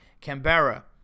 Canberra